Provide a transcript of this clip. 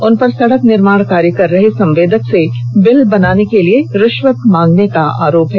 उनपर सड़क निर्माण का कार्य कर रहे संवेदक से बिल बनाने के लिए रिश्वत मांगने का अरोप है